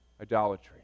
idolatry